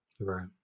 right